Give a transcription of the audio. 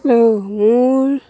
মোৰ